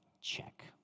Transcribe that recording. check